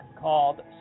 called